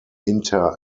inter